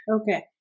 okay